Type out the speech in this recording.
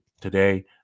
today